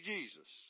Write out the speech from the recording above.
Jesus